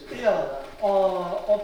jo o o